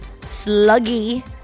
sluggy